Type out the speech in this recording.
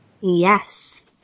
Yes